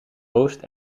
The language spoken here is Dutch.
oost